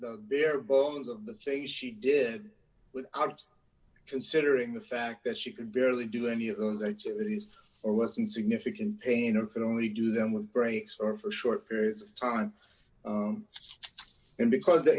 r bones of the things she did without considering the fact that she could barely do any of those activities or wasn't significant pain or could only do them with breaks for short periods of time and because the